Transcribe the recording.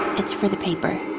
it's for the paper.